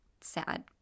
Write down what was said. sad